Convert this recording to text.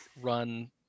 run